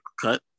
cut